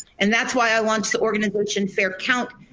and that's why i launched the organization fair count.